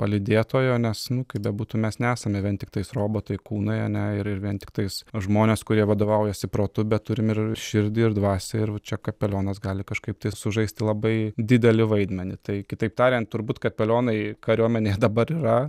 palydėtojo nes nu kaip bebūtų mes nesame vien tiktais robotai kūnai ane ir ir vien tiktais žmonės kurie vadovaujasi protu bet turim ir ir širdį ir dvasią ir čia kapelionas gali kažkaip tai sužaisti labai didelį vaidmenį tai kitaip tariant turbūt kapelionai kariuomenėj dabar yra